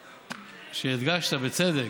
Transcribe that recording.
והדגשת, בצדק,